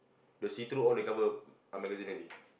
the see through all they cover already